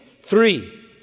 Three